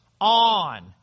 on